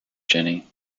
jenny